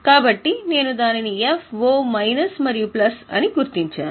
కాబట్టి నేను దానిని FO మైనస్ మరియు ప్లస్ అని గుర్తించాను